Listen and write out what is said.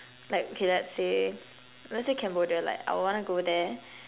like okay let's say let's say Cambodia like I would want to go there